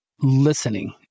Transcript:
listening